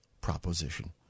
proposition